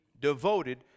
devoted